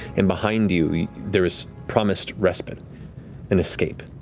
and behind you there is promised respite and escape.